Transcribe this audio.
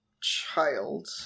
child